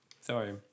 Sorry